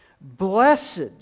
Blessed